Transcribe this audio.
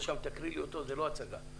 השאלה מה הקשיים שלכם?